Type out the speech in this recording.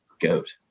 GOAT